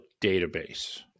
database